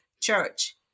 church